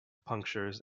punctures